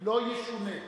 לא ישונה.